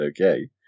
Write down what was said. okay